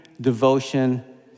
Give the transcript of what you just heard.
devotion